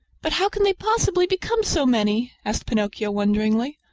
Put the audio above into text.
but how can they possibly become so many? asked pinocchio wonderingly.